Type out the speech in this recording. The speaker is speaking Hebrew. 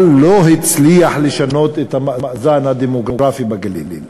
אבל לא הצליח לשנות את המאזן הדמוגרפי בגליל.